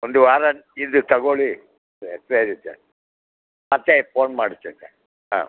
ಒಂದು ವಾರ ಇದು ತಗೊಳ್ಳಿ ಸರಿ ಸರಿ ಸರ್ ಮತ್ತೆ ಫೋನ್ ಮಾಡ್ತೀನಿ ಹಾಂ